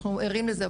אנחנו ערים לזה,